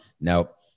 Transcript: Nope